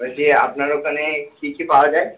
বলছি আপনার ওখানে কি কি পাওয়া যায়